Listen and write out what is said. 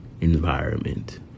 environment